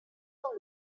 dans